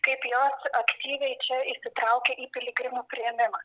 kaip jos aktyviai čia įsitraukia į piligrimų priėmimą